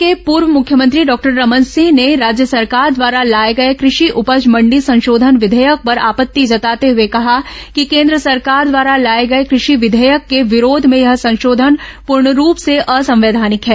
राज्य के पूर्व मुख्यमंत्री डॉक्टर रमन सिंह ने राज्य सरकार द्वारा लाए गए कृषि उपज मण्डी संशोधन विधेयक पर आपत्ति जताते हुए कहा कि केन्द्र सरकार द्वारा लाए गए कृषि विधेयक के विरोध में यह संशोधन पूर्णरूप से असंवैधानिक है